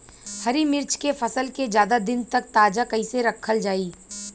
हरि मिर्च के फसल के ज्यादा दिन तक ताजा कइसे रखल जाई?